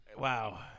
Wow